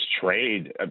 trade